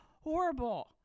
horrible